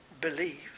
believe